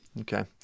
Okay